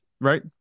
Right